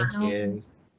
yes